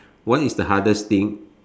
what is the hardest thing